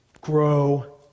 grow